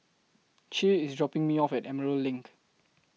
Che IS dropping Me off At Emerald LINK